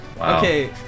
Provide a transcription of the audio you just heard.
Okay